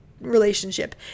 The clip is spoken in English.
relationship